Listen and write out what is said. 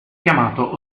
chiamato